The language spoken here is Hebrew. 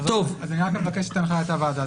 מבקש את הנחיית הוועדה.